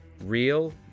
Real